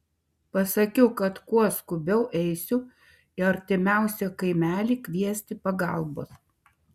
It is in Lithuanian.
pasakiau kad kuo skubiau eisiu į artimiausią kaimelį kviesti pagalbos